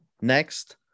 Next